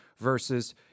Versus